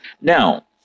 Now